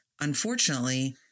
unfortunately